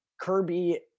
kirby